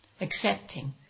accepting